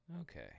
Okay